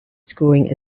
scoring